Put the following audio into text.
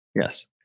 Yes